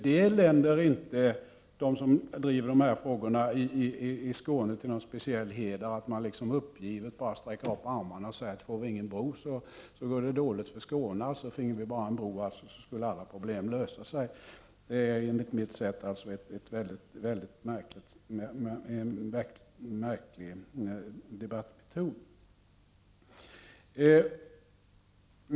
Det länder inte dem som driver de här frågorna i Skåne till någon speciell heder att de liksom uppgivet bara sträcker upp armarna och säger: Får vi ingen bro så går det dåligt för Skåne. Finge vi bara en bro, skulle alla problem lösa sig. Det är, som jag ser det, en märklig debattmetod.